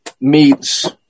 meets